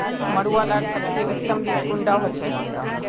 मरुआ लार सबसे उत्तम बीज कुंडा होचए?